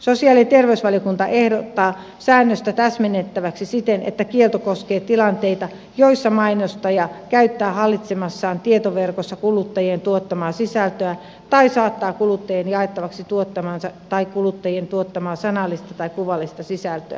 sosiaali ja terveysvaliokunta ehdottaa säännöstä täsmennettäväksi siten että kielto koskee tilanteita joissa mainostaja käyttää hallitsemassaan tietoverkossa kuluttajien tuottamaa sisältöä tai saattaa kuluttajien jaettavaksi tuottamaansa tai kuluttajien tuottamaa sanallista tai kuvallista sisältöä